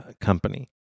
Company